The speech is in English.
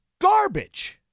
garbage